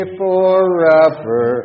forever